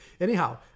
Anyhow